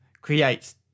creates